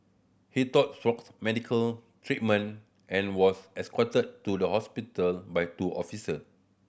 he sought medical treatment and was escorted to the hospital by two officer